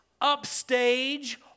upstage